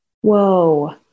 Whoa